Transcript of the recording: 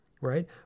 right